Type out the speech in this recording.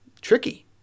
Tricky